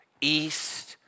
East